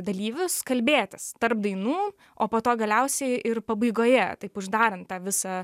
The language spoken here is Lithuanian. dalyvius kalbėtis tarp dainų o po to galiausiai ir pabaigoje taip uždarant tą visą